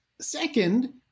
Second